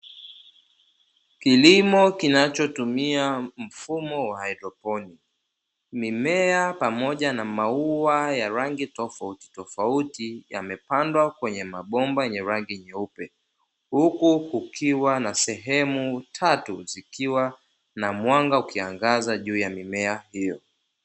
Kilimo kinachotumia mfumo wa haidroponi, mimea pamoja na maua ya rangi tofautitofauti yamepandwa kwenye mabomba yenye rangi nyeupe, huku kukiwa na sehemu tatu, zikiwa na mwanga ukiangaza juu ya mimea hiyo.